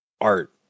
art